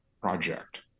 project